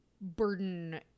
burden